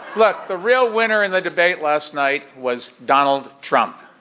look the real winner in the debate last night was donald trump.